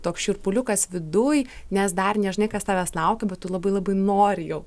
toks šiurpuliukas viduj nes dar nežinai kas tavęs laukia bet tu labai labai nori jau